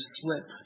slip